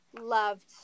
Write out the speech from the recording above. loved